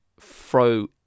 throw